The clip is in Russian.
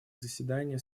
заседания